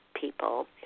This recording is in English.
people